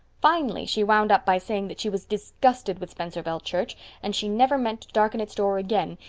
finally she wound up by saying that she was disgusted with spencervale church and she never meant to darken its door again,